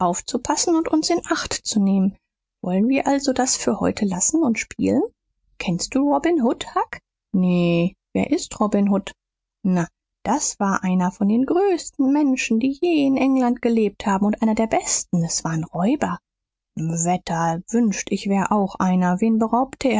aufzupassen und uns in acht zu nehmen wollen wir also das für heute lassen und spielen kennst du robin hood huck nee wer ist robin hood na das war einer von den größten menschen die je in england gelebt haben und einer der besten s war ein räuber wetter wünscht ich wär auch einer wen beraubte